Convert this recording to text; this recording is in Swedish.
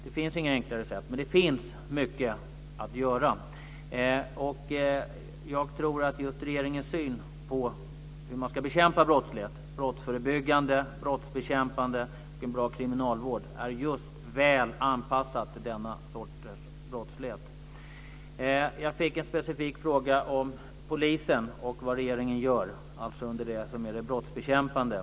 Men det finns mycket att göra. Jag tror att regeringens syn på hur man ska bekämpa brottslighet - brottsförebyggande, brottsbekämpande och en bra kriminalvård - är väl anpassad till just denna sorts brottslighet. Jag fick en specifik fråga om polisen och vad regeringen gör när det gäller brottsbekämpande.